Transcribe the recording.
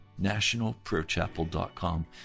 Nationalprayerchapel.com